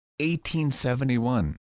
1871